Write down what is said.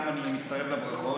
גם אני מצטרף לברכות,